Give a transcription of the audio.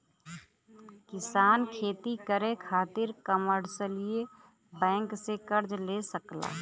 किसान खेती करे खातिर कमर्शियल बैंक से कर्ज ले सकला